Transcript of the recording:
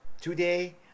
Today